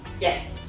Yes